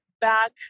back